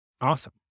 Awesome